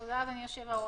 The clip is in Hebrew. תודה, אדוני יושב-הראש,